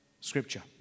Scripture